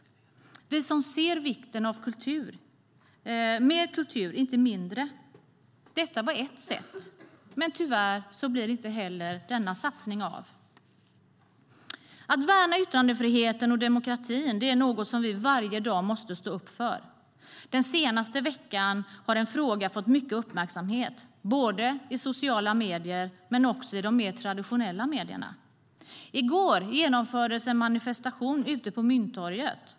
Vi ser vikten av mer kultur, inte mindre. Detta var ett sätt, men tyvärr blir inte heller denna satsning av. Att värna yttrandefriheten och demokratin är något som vi varje dag måste stå upp för. Under den senaste veckan har en fråga fått mycket uppmärksamhet, både i sociala medier och i de mer traditionella medierna. I går genomfördes en manifestation ute på Mynttorget.